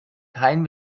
keinen